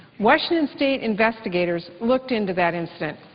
washington state investigators looked into that incident,